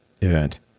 event